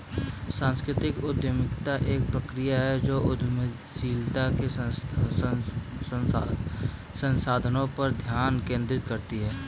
सांस्कृतिक उद्यमिता एक प्रक्रिया है जो उद्यमशीलता के संसाधनों पर ध्यान केंद्रित करती है